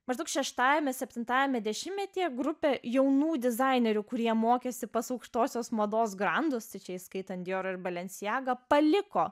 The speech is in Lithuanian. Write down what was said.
maždaug šeštajame septintajame dešimtmetyje grupė jaunų dizainerių kurie mokėsi pas aukštosios mados grandus tai čia įskaitant diorą ir balenciagą paliko